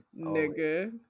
Nigga